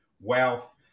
wealth